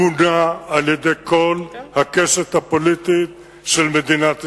גונה על-ידי כל הקשת הפוליטית של מדינת ישראל.